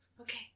Okay